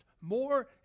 More